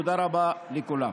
תודה רבה לכולם.